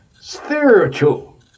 spiritual